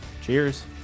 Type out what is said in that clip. Cheers